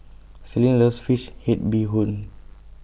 Celestine loves Fish Head Bee Hoon